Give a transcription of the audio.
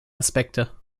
aspekte